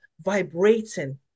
vibrating